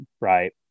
right